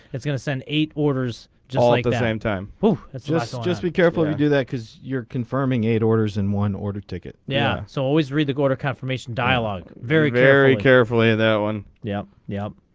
it's gonna send eight orders jolly glad i'm time well let's just just be careful and do that because you're confirming eight orders in one order ticket. yeah so always read the order confirmation dialog very very carefully that one yep yep.